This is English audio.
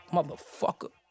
Motherfucker